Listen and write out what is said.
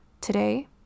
today